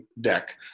deck